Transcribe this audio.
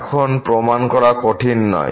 এখন প্রমাণ করা কঠিন নয়